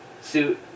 suit